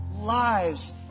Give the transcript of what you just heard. lives